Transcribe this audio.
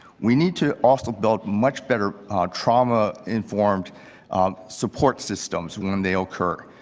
we need to also build much better trauma informed support systems when and they occur.